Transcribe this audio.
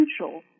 essential